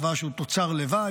הדבש הוא תוצר לוואי,